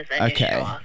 Okay